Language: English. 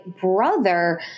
brother